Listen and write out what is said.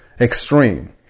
extreme